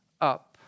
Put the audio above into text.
up